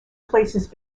places